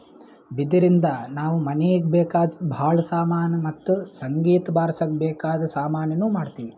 ಬಿದಿರಿನ್ದ ನಾವ್ ಮನೀಗ್ ಬೇಕಾದ್ ಭಾಳ್ ಸಾಮಾನಿ ಮತ್ತ್ ಸಂಗೀತ್ ಬಾರ್ಸಕ್ ಬೇಕಾದ್ ಸಾಮಾನಿನೂ ಮಾಡ್ತೀವಿ